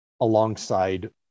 alongside